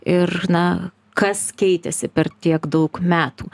ir na kas keitėsi per tiek daug metų